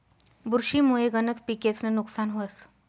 बुरशी मुये गनज पिकेस्नं नुकसान व्हस